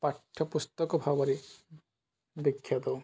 ପାଠ୍ୟପୁସ୍ତକ ଭାବରେ ବିଖ୍ୟାତ